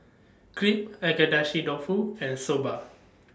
Crepe Agedashi Dofu and Soba